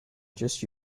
just